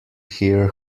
hear